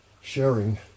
sharing